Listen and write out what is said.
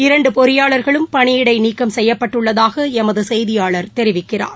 இரண்டுபொறியிளாளா்களும் பணியிடைநீக்கம் செய்யப்பட்டுள்ளதாகளமதுசெய்தியாளா் தெரிவிக்கிறார்